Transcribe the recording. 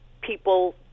people